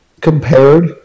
Compared